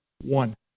one